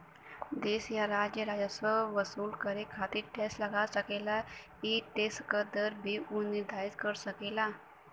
देश या राज्य राजस्व वसूल करे खातिर टैक्स लगा सकेला ई टैक्स क दर भी उ निर्धारित कर सकेला